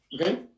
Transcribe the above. okay